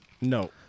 No